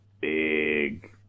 big